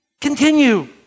Continue